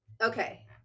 Okay